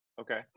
Okay